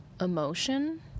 emotion